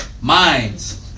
Minds